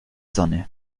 sonne